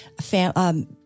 family